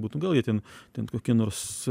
būtų gal jie ten ten kokie nors